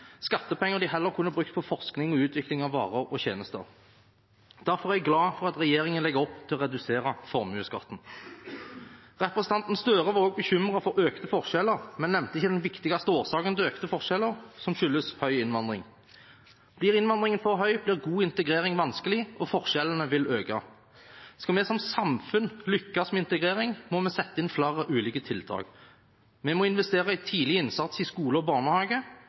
skattepenger de heller kunne brukt på forskning og utvikling av varer og tjenester. Derfor er jeg glad for at regjeringen legger opp til å redusere formuesskatten. Representanten Gahr Støre var også bekymret for økte forskjeller, men nevnte ikke den viktigste årsaken til økte forskjeller, som er høy innvandring. Blir innvandringen for høy, blir god integrering vanskelig, og forskjellene vil øke. Skal vi som samfunn lykkes med integrering, må vi sette inn flere ulike tiltak. Vi må investere i tidlig innsats i skole og barnehage.